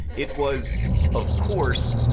it was of course.